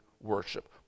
worship